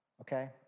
okay